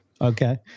Okay